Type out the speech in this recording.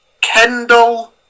Kendall